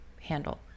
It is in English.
handle